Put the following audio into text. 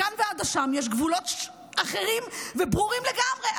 מכאן ועד אשם יש גבולות אחרים וברורים לגמרי.